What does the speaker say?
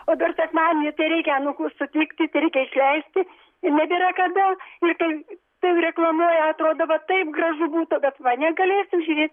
o dar sekmadienį tai reikia anūkus sutikti tai reikia išleisti ir nebėra kada ir kai taip reklamuoja atrodo va taip gražu būtų bet va negalėsiu žiūrėt